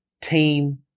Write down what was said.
team